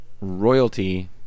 royalty